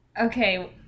okay